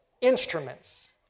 instruments